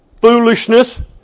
foolishness